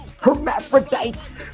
Hermaphrodites